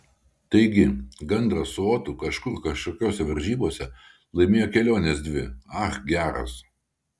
taigi gandras su otu kažkur kažkokiose varžybose laimėjo keliones dvi ach geras